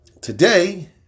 today